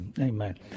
amen